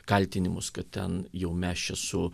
kaltinimus kad ten jau mes čia su